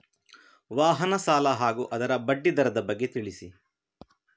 ವಾಹನ ಸಾಲ ಹಾಗೂ ಅದರ ಬಡ್ಡಿ ದರದ ಬಗ್ಗೆ ತಿಳಿಸಿ?